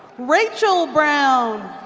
rachel brown.